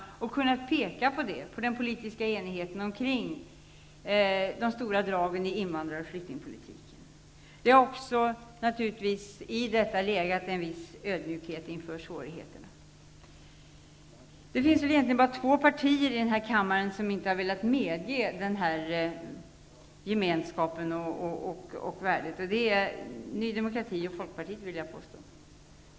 Vi har kunnat peka på den politiska enigheten om de stora dragen i invandrar och flyktingpolitiken. Det har naturligtvis i detta legat en viss ödmjukhet inför svårigheterna. Det finns två partier i denna kammare som inte har velat medge denna värdegemeskap. Det är Ny demokrati och Folkpartiet.